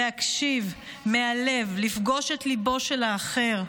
להקשיב מהלב, לפגוש את ליבו של האחר,